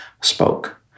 spoke